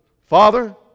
Father